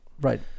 right